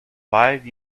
five